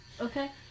Okay